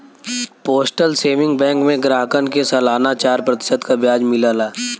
postal saving bank में ग्राहकन के सलाना चार प्रतिशत क ब्याज मिलला